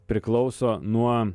priklauso nuo